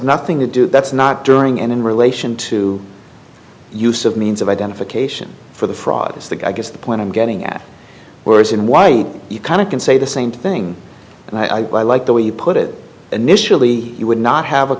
nothing to do that's not during and in relation to use of means of identification for the fraud is that i guess the point i'm getting at words in why you kind of can say the same thing and i like the way you put it initially you would not have a